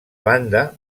banda